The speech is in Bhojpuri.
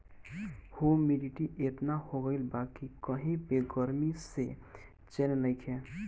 हुमिडिटी एतना हो गइल बा कि कही पे गरमी से चैन नइखे